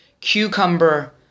cucumber